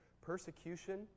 persecution